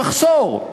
הן במחסור.